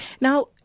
Now